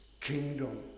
kingdom